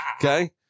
okay